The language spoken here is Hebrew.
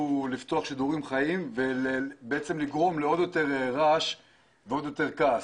שידורים חיים וגרמו ליותר רעש וכעס.